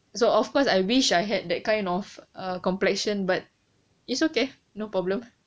so of course I wish I had that kind of a complexion but it's okay no problem